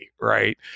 right